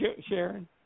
Sharon